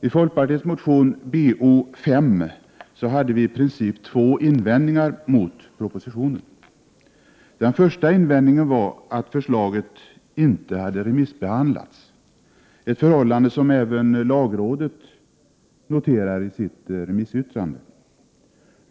I folkpartiets motion Bo5 framfördes i princip två invändningar mot propositionen. Den första invändningen var att förslaget inte hade remissbehandlats, ett förhållande som även lagrådet noterar i sitt remissyttrande.